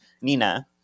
Nina